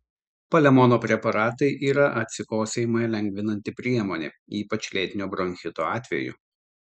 palemono preparatai yra atsikosėjimą lengvinanti priemonė ypač lėtinio bronchito atveju